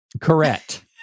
correct